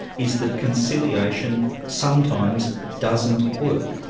is that conciliation sometimes doesn't work.